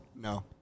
No